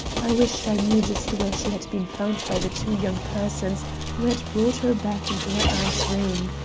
i wished i knew just where she had been found by the two young persons who had brought her back into her aunt's room.